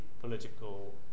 political